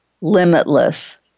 limitless